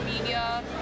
media